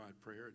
prayer